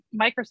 Microsoft